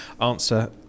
Answer